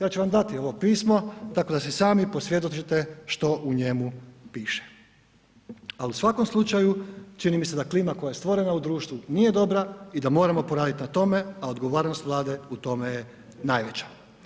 Ja ću vam dati ovo pismo tako da si sami posvjedočite što u njemu piše, ali u svakom slučaju čini mi se da klima koja je stvorena u društvu nije dobra i da moramo poraditi na tome, a odgovornost Vlade u tome je najveća.